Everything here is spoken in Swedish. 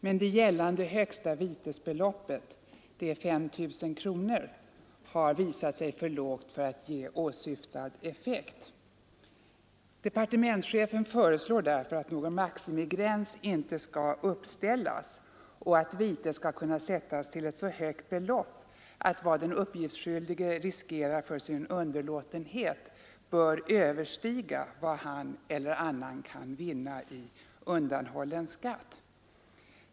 Det högsta gällande vitesbeloppet, 5 000 kronor, har emellertid visat sig för lågt för att ge åsyftad effekt. Departementschefen föreslår därför att någon maximigräns inte skall fastställas och att vite skall kunna sättas till ett så högt belopp att vad den uppgiftsskyldige riskerar för sin underlåtenhet överstiger vad han eller annan kan vinna i undanhållen skatt.